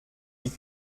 die